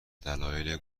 دلایل